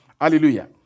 hallelujah